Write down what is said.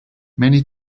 many